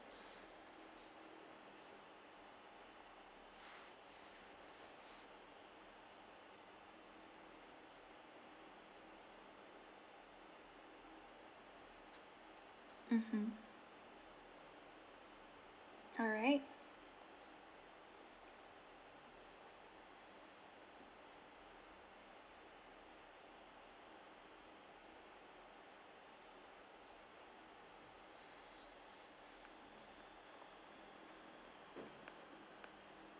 mmhmm alright